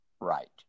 right